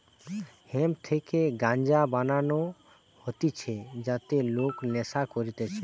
hemp থেকে গাঞ্জা বানানো হতিছে যাতে লোক নেশা করতিছে